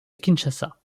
kinshasa